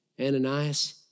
Ananias